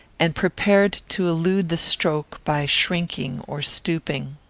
and prepared to elude the stroke by shrinking or stooping.